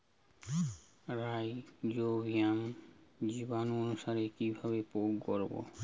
Rhizobium জীবানুসার কিভাবে প্রয়োগ করব?